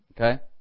okay